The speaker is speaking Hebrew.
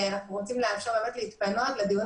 ואנחנו רוצים לאפשר להתפנות לדיון